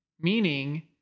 meaning